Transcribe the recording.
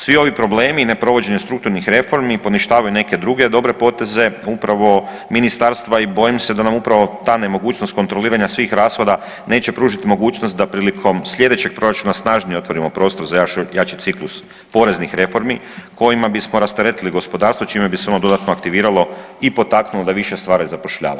Svi ovi problemi i neprovođenje strukturnih reformi poništavaju neke druge dobre poteze, upravo ministarstva i bojim se da nam upravo ta nemogućnost kontroliranja svih rashoda neće pružiti mogućnost da prilikom sljedećeg proračuna snažnije otvorimo prostor za jači ciklus poreznih reformi, kojima bismo rasteretili gospodarstvo, čime bi se ono dodatno aktiviralo i potaknulo da više u stvari zapošljava.